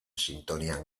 sintonian